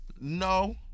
No